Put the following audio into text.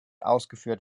ausgeführt